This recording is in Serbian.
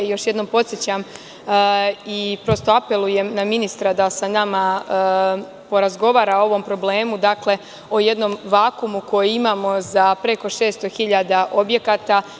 Još jednom podsećam i apelujem na ministra da sa nama porazgovara o ovom problemu, o jednom vakuumu koji imamo za preko 600 hiljada objekata.